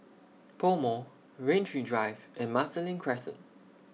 Pomo Rain Tree Drive and Marsiling Crescent